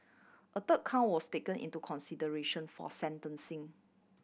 a third count was taken into consideration for sentencing